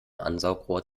ansaugrohr